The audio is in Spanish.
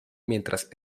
mientras